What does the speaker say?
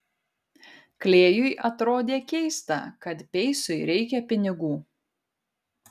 klėjui atrodė keista kad peisui reikia pinigų